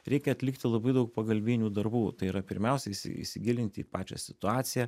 reikia atlikti labai daug pagalbinių darbų tai yra pirmiausia įsigilinti į pačią situaciją